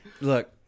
Look